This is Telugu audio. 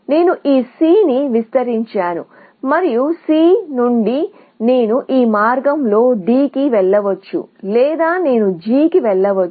నేను ఈ C ని విస్తరించాను మరియు C నుండి నేను ఈ మార్గంలో D కి వెళ్ళవచ్చు లేదా నేను G కి వెళ్ళవచ్చు